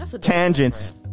Tangents